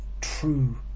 true